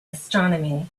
astronomy